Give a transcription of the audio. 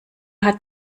hat